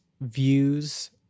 views